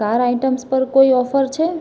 car items પર કોઈ offer છે